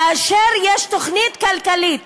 כאשר יש תוכנית כלכלית